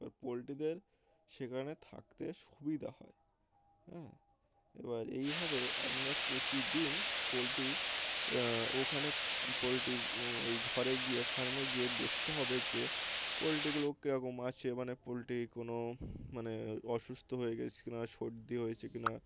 এবার পোলট্রিদের সেখানে থাকতে সুবিধা হয় হ্যাঁ এবার এইভাবে আমরা প্রতিদিন পোলট্রি ওখানে পোলট্রি ওই ঘরে গিয়ে ফার্মে গিয়ে দেখতে হবে যে পোলট্রিগুলো কীরকম আছে মানে পোলট্রি কোনো মানে অসুস্থ হয়ে গেছে কি না সর্দি হয়েছে ক না